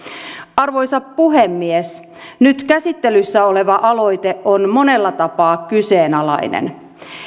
arvoisa puhemies nyt käsittelyssä oleva aloite on monella tapaa kyseenalainen